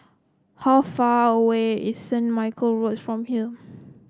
how far away is Saint Michael Road from here